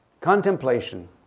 Contemplation